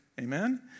amen